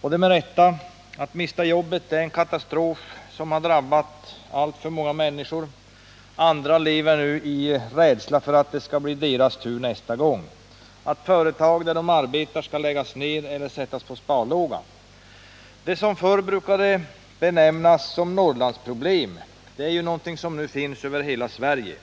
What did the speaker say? och det med rätta. Att mista jobbet är en katastrof som har drabbat alltför många människor. Andra lever i rädsla för att det skall bli deras tur nästa gång, att företag där de arbetar skall läggas ner eller sättas på sparlåga. Det som förr brukade benämnas ”Norrlandsproblem” är nu någonting som finns över hela Sverige.